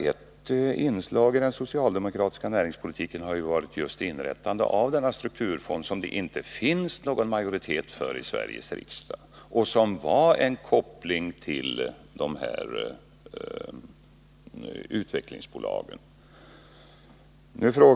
Ett inslag i den socialdemokratiska näringspolitiken har varit just inrättande av en strukturfond, som det inte finns någon majoritet för i Sveriges riksdag och som var en koppling till de här utvecklingsbolagen.